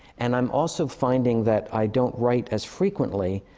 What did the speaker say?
and i'm also finding that i don't write as frequently.